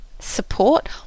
support